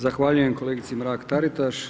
Zahvaljujem kolegici Mrak Taritaš.